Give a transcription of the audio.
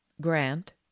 Grant